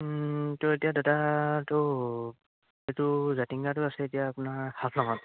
ত' এতিয়া দাদাটো এইটো জাতিংগাটো আছে এতিয়া আপোনাৰ হাফলঙত